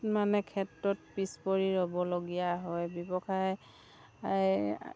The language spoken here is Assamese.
মানে ক্ষেত্ৰত পিছপৰি ৰ'বলগীয়া হয় ব্যৱসায়